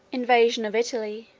invasion of italy,